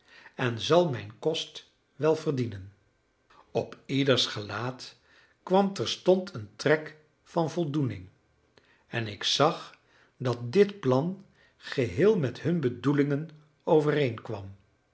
en zal mijn kost wel verdienen op ieders gelaat kwam terstond een trek van voldoening en ik zag dat dit plan geheel met hun bedoelingen overeenkwam